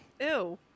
Ew